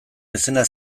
izena